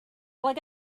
like